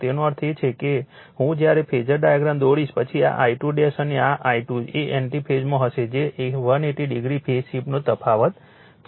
તો તેનો અર્થ એ છે કે હું જ્યારે ફેઝર ડાયાગ્રામ દોરીશ પછી આ I2 અને આ I2 એ એન્ટિ ફેઝમાં હશે જે 180 ડિગ્રી ફેઝ શિફ્ટનો તફાવત છે